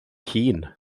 hun